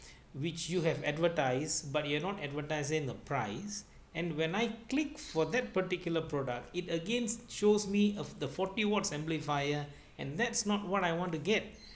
which you have advertised but you're not advertising the prize and when I click for that particular product it again shows me a the forty watts amplifier and that's not what I want to get